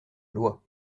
loi